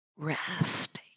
Rest